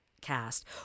cast